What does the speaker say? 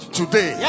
today